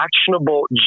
actionable